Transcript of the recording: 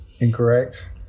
incorrect